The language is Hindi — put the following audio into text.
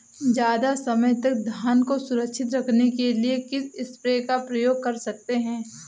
ज़्यादा समय तक धान को सुरक्षित रखने के लिए किस स्प्रे का प्रयोग कर सकते हैं?